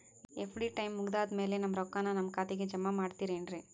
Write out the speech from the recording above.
FD time ಮುಗಿದಾದ್ ಮ್ಯಾಲೆ ನಮ್ ರೊಕ್ಕಾನ ನಮ್ ಖಾತೆಗೆ ಜಮಾ ಮಾಡ್ತೇರೆನ್ರಿ?